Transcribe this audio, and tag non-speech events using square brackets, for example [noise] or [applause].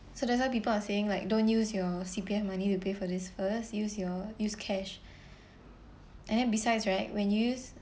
so that's why people are saying like don't use your C_P_F money to pay for this first use your use cash [breath] and then besides right when you use